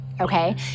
okay